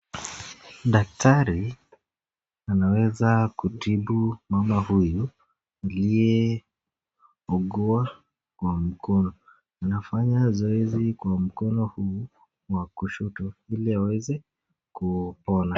Daktari ameweza kutibu mama huyu ndiye muguwa wa mkono . Anafanya zoezi kwa mkono huu wa kushoto ili aweze kupona.